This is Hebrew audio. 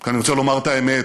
כי אני רוצה לומר את האמת,